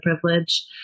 privilege